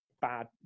bad